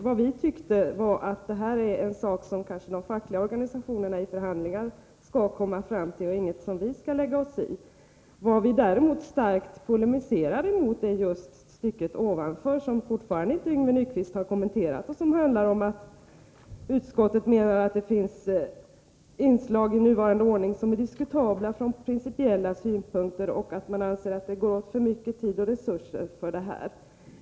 Vi anser emellertid att detta är någonting som de fackliga organisationerna i förhandlingar skall komma fram till och inget som vi skall lägga oss i Vad vi däremot starkt polemiserar mot är det som står i stycket ovanför och som Yngve Nyquist fortfarande inte har kommenterat. Där står att utskottet menar att det finns inslag i nuvarande ordning som är diskutabla ur principiell synpunkt. Man anser att detta tar för mycket tid och resurser i anspråk.